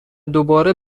دوباره